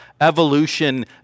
evolution